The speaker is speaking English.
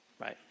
right